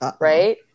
right